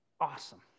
awesome